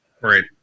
Right